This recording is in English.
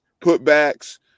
putbacks